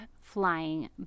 flying